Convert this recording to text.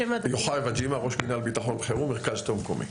ראש מנהל ביטחון וחירום, מרכז שלטון מקומי.